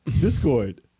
Discord